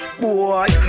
boy